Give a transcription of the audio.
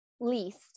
least